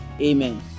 Amen